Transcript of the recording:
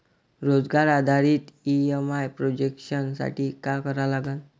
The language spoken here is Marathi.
रोजगार आधारित ई.एम.आय प्रोजेक्शन साठी का करा लागन?